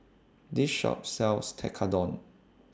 This Shop sells Tekkadon